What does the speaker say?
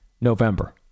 November